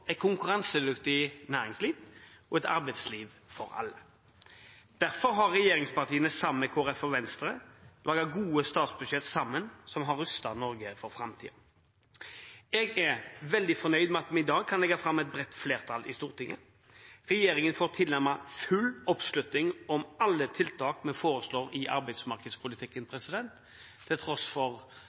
et konkurransedyktig næringsliv og et arbeidsliv for alle. Derfor har regjeringspartiene sammen med Kristelig Folkeparti og Venstre laget gode statsbudsjett sammen som har rustet Norge for framtiden. Jeg er veldig fornøyd med at vi i dag har et bredt flertall i Stortinget. Regjeringen får tilnærmet full oppslutning om alle tiltakene som foreslås i arbeidsmarkedspolitikken, til tross for